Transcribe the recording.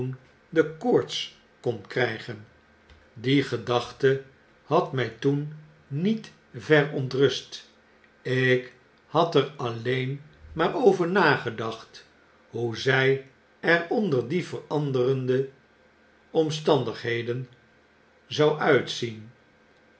de koorts kon krygen die gedachte had my toen niet verontrust ik had er alleen maar over nagedacht hoe zy er onder die veranderde omstandigheden zou uitzien